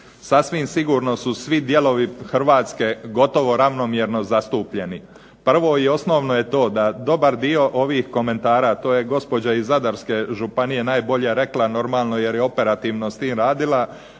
sasvim sigurno su svi dijelovi Hrvatske gotovo ravnomjerno zastupljeni. Prvo i osnovno je to da dobar dio ovih komentara, to je gospođa iz Zadarske županije najbolje rekla, normalno jer je operativno s tim radila,